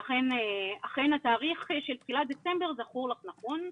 ואכן התאריך של תחילת דצמבר זכור לך נכון.